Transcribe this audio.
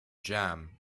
jam